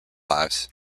lives